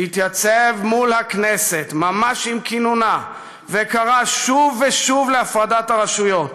הוא שהתייצב מול הכנסת ממש עם כינונה וקרא שוב ושוב להפרדת הרשויות,